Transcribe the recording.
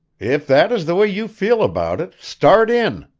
if that is the way you feel about it, start in!